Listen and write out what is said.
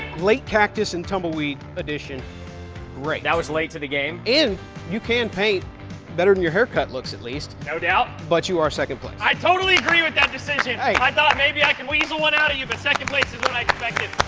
late cactus and tumbleweed addition great. that was late to the game. and you can paint better than your haircut looks, at least. no doubt. but you are second place. i totally agree with that decision. hey. i thought maybe i could weasel one out of you, but second place is what i expected.